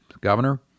Governor